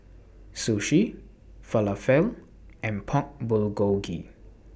Sushi Falafel and Pork Bulgogi